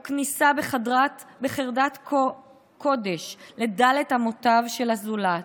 הוא כניסה בחרדת קודש ממש לד' האמות של הזולת.